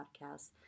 podcast